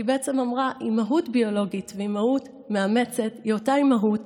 כי היא אמרה: אימהוּת ביולוגית ואימהוּת מאמצת היא אותה אימהוּת,